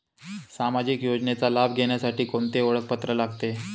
सामाजिक योजनेचा लाभ घेण्यासाठी कोणते ओळखपत्र लागते?